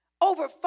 over